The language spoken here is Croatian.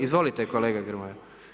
Izvolite kolega Grmoja.